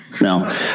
No